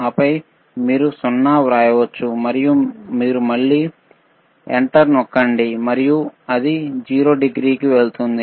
ఆపై మీరు 0 వ్రాయవచ్చు మరియు మీరు మళ్ళీ ఎంటర్ నొక్కండి మరియు అది 0 డిగ్రీ కి వెళ్తుంది